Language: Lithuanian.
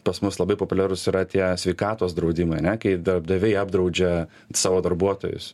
pas mus labai populiarūs yra tie sveikatos draudimai ane kai darbdaviai apdraudžia savo darbuotojus